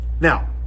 Now